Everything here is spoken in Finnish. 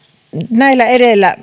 edellä